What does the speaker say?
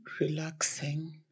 relaxing